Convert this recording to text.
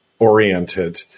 oriented